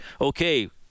okay